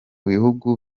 bihugu